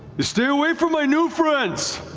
you stay away from my new friends!